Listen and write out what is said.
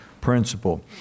principle